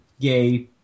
gay